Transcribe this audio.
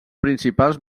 principals